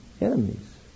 enemies